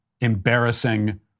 embarrassing